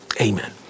amen